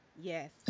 Yes